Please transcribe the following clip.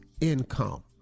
income